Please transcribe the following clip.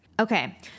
Okay